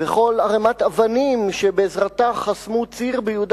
וכל ערימת אבנים שבעזרתה חסמו ציר ביהודה